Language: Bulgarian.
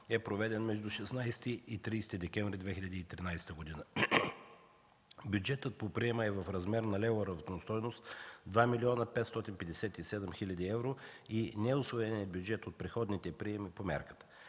е проведен между 16 и 30 декември 2013 г. Бюджетът по приема е в размер на левовата равностойност – 2 млн. 557 хил. евро, и неусвоеният бюджет от предходните приеми по мярката.